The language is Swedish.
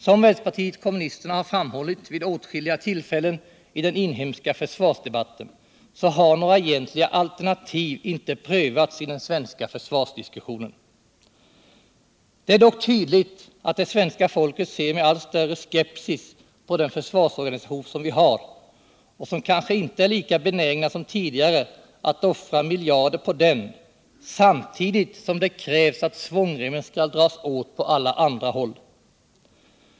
Som vänsterpartiet kommunisterna har framhållit vid åtskilliga tillfällen i den inhemska försvarsdebatten så har nåpra egentliga alternativ inte prövats i den svenska försvarsdiskussionen. Det är dock tydligt att det svenska folket ser med allt större skepsis på den försvarsorganisation vi har och kanske inte är lika benägna som tidigare att offra miljarder på den, samtidigt som det krävs att svångremmen skall dras åt på alla andra håll.